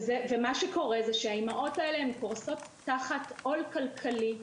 מה שקורה זה שהאימהות האלה קורסות תחת עול כלכלי,